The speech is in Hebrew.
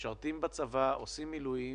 משרתים בצבא, עושים מילואים,